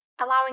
allowing